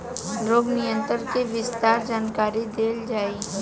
रोग नियंत्रण के विस्तार जानकरी देल जाई?